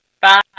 Bye